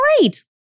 great